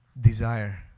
desire